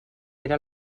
era